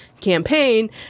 campaign